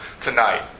tonight